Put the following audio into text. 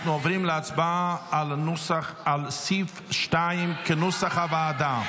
אנחנו עוברים להצבעה על סעיף 2 כנוסח הוועדה.